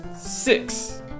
Six